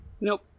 Nope